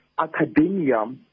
academia